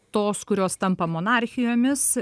tos kurios tampa monarchijomis